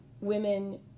women